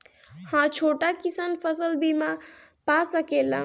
हा छोटा किसान फसल बीमा पा सकेला?